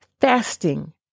fasting